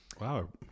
wow